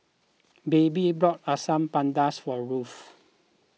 Baby bought Asam Pedas for Ruth